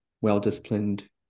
well-disciplined